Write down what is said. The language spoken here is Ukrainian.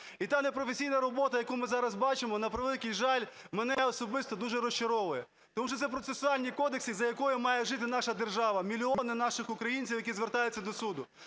І та непрофесійна робота, яку ми зараз бачимо, на превеликий жаль, мене особисто дуже розчаровує. Тому що це процесуальні кодекси, за якими має жити наша держава, мільйони наших українців, які звертаються до суду.